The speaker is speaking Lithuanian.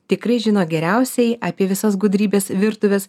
tikrai žino geriausiai apie visas gudrybes virtuvės